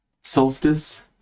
Solstice